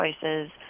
choices